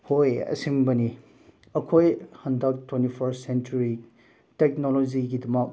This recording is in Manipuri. ꯍꯣꯏ ꯑꯁꯦꯡꯕꯅꯤ ꯑꯩꯈꯣꯏ ꯍꯟꯗꯛ ꯇ꯭ꯋꯦꯟꯇꯤ ꯐꯥꯔꯁ ꯁꯦꯟꯆꯨꯔꯤ ꯇꯦꯛꯅꯣꯂꯣꯖꯤꯒꯤꯗꯃꯛ